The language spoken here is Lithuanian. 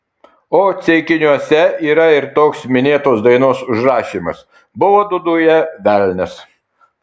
o ceikiniuose yra ir toks minėtos dainos užrašymas buvo dūdoje velnias